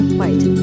White